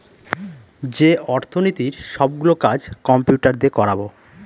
যে অর্থনীতির সব গুলো কাজ কম্পিউটার দিয়ে করাবো